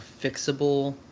fixable